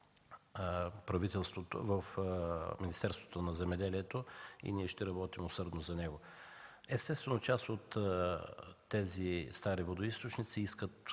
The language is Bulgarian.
приоритет № 1 в Министерството на земеделието беше храните и ние ще работим усърдно за него. Естествено част от тези стари водоизточници искат